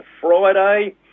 Friday